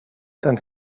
dann